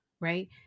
right